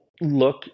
look